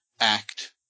act